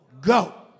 go